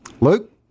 Luke